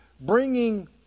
bringing